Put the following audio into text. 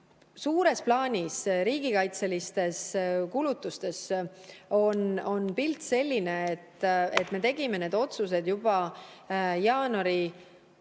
Suures plaanis on riigikaitseliste kulutustega pilt selline, et me tegime need otsused juba jaanuari